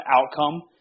outcome